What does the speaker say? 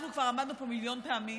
אנחנו כבר עמדנו פה מיליון פעמים